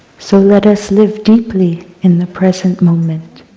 so let us live deeply in the present moment.